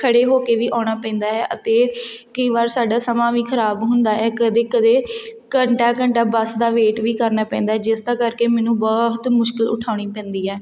ਖੜ੍ਹੇ ਹੋ ਕੇ ਵੀ ਆਉਣਾ ਪੈਂਦਾ ਹੈ ਅਤੇ ਕਈ ਵਾਰ ਸਾਡਾ ਸਮਾਂ ਵੀ ਖ਼ਰਾਬ ਹੁੰਦਾ ਹੈ ਕਦੇ ਕਦੇ ਘੰਟਾ ਘੰਟਾ ਬੱਸ ਦਾ ਵੇਟ ਵੀ ਕਰਨਾ ਪੈਂਦਾ ਜਿਸ ਦਾ ਕਰਕੇ ਮੈਨੂੰ ਬਹੁਤ ਮੁਸ਼ਕਿਲ ਉਠਾਉਣੀ ਪੈਂਦੀ ਹੈ